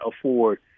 afford